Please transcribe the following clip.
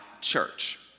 church